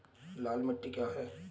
लाल मिट्टी क्या है?